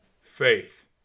faith